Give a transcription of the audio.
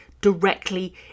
directly